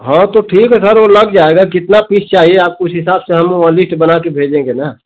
हाँ तो ठीक है सर वो लग जाएगा कितना पीस चाहिए आपको उस हिसाब से हम वो लिस्ट बना के भेजेंगे ना